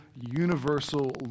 universal